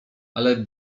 ale